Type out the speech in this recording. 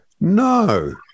No